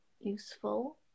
useful